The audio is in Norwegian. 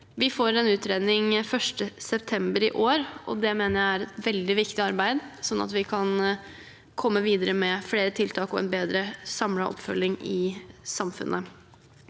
Vi får en utredning 1. september i år, og det mener jeg er et veldig viktig arbeid, sånn at vi kan komme videre med flere tiltak og en bedre samlet oppfølging i samfunnet.